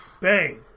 Bang